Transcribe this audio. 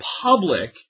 public